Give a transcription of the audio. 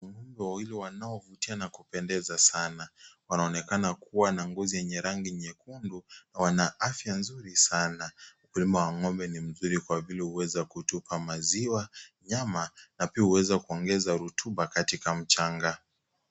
Ng'ombe wawili wanaovutia na kupendeza sana. Wanaonekana kuwa na ngozi yenye rangi nyekundu na wana afya nzuri sana. Ukulima wa ng'ombe ni mzuri kwa vile huweza kutupa maziwa, nyama, na pia huweza kuongeza rutuba katika mchanga.